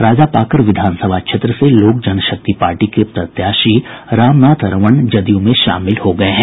राजापाकड़ विधानसभा क्षेत्र से लोक जनशक्ति पार्टी के प्रत्याशी रामनाथ रमण जदयू में शामिल हो गये हैं